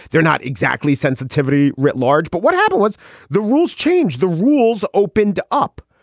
they're not exactly sensitivity writ large, but what happened was the rules changed, the rules opened up,